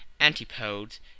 antipodes